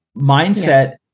mindset